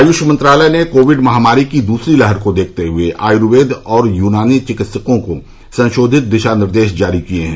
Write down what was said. आयुष मंत्रालय ने कोविड महामारी की दूसरी लहर को देखते हए आयुर्वेद और युनानी चिकित्सकों को संशोधित दिशा निर्देश जारी किए हैं